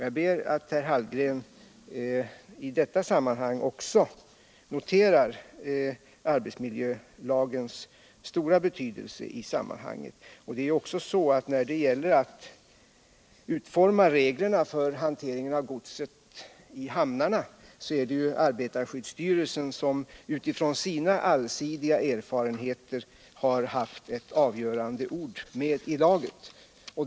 Jag ber att herr Hallgren också noterar arbetsmiljölagens stora betydelse i sammanhanget. När det gäller utformningen av reglerna för hantering av godset i hamnarna har arbetarskyddsstyrelsen utifrån sina allsidiga erfarenheter haft ett avgörande ord med i laget.